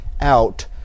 out